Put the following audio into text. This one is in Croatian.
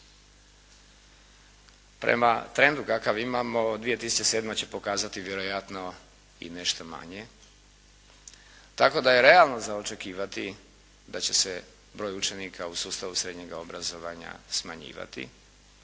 Prema trendu kakav imamo, 2007. će pokazati vjerojatno i nešto manje, tako da je realno za očekivati da će se broj učenika u sustavu srednjega obrazovanja smanjivati.